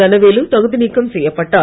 தனவேலு தகுதி நீக்கம் செய்யப்பட்டார்